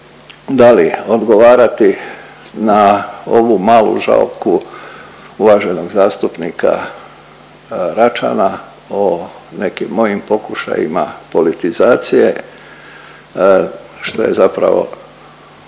da li odgovarati na ovu malu žaoku uvaženog zastupnika Račana o nekim mojim pokušajima politizacije što je zapravo